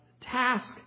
task